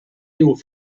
nieuwe